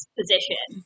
position